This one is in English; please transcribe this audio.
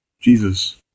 Jesus